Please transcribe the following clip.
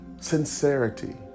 sincerity